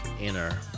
inner